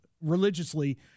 religiously